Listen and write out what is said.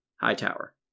Hightower